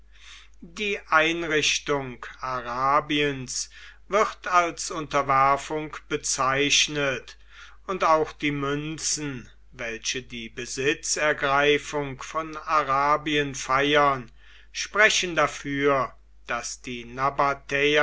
die einrichtung arabiens wird als unterwerfung bezeichnet und auch die münzen welche die besitzergreifung von arabien feiern sprechen dafür daß die